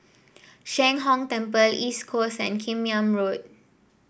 Sheng Hong Temple East Coast and Kim Yam Road